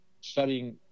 studying